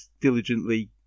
diligently